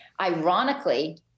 ironically